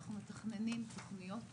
אנחנו מתכננים תכניות עומק,